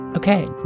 Okay